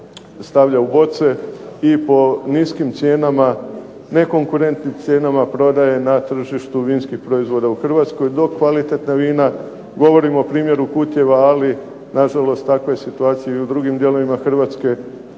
stavlja u boce i po niskim cijenama, nekonkurentnim cijenama prodaje na tržištu vinskih proizvoda u Hrvatskoj. Dok kvalitetna vina, govorim o primjeru Kutjeva, ali na žalost takva je situacija i u drugim dijelovima Hrvatske